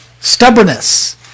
Stubbornness